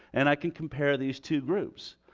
and i can compare these two groups.